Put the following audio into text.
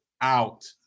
out